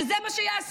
שזה מה שיעשו.